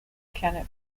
canada